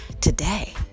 today